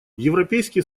европейский